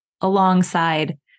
alongside